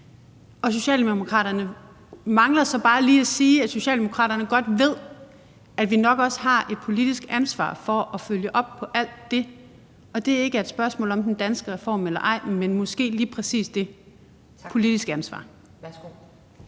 Og Socialdemokraterne mangler så bare lige at sige, at Socialdemokraterne godt ved, at vi nok også har et politisk ansvar for at følge op på alt det, og at det ikke er et spørgsmål om den danske model eller ej, men måske lige præcis om det politiske ansvar.